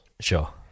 sure